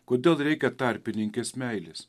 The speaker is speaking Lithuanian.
kodėl reikia tarpininkės meilės